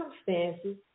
circumstances